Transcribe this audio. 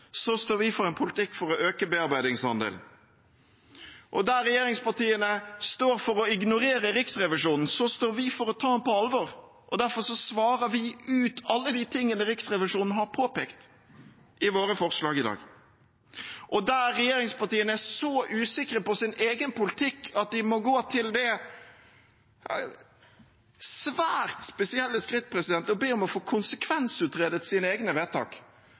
står vi for en politikk for å øke bearbeidingsandelen. Der regjeringspartiene står for å ignorere Riksrevisjonen, står vi for å ta den på alvor, og derfor svarer vi på alle de tingene Riksrevisjonen har påpekt, i våre forslag i dag. Og der regjeringspartiene er så usikre på sin egen politikk at de må gå til det svært spesielle skritt å be om å få konsekvensutredet sine egne vedtak,